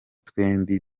twembi